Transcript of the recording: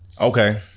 Okay